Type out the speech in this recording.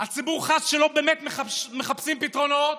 הציבור חש שלא באמת מחפשים פתרונות.